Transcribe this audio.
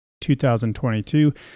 2022